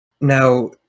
Now